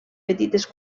petites